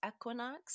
equinox